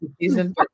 season